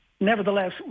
nevertheless